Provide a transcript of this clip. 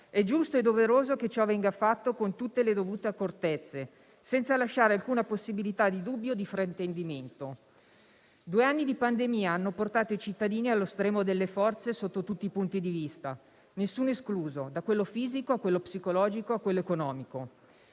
è giusto e doveroso che ciò venga fatto con tutte le dovute accortezze, senza lasciare alcuna possibilità di dubbio o di fraintendimento. Due anni di pandemia hanno portato i cittadini allo stremo delle forze sotto tutti i punti di vista, nessuno escluso, da quello fisico a quello psicologico, a quello economico.